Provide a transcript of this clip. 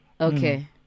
Okay